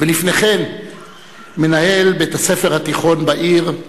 ולפני כן מנהל בית-הספר התיכון בעיר,